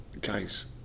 guys